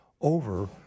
over